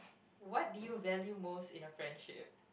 what did you value most in a friendship